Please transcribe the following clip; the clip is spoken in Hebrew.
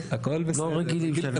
כל האנרגיה,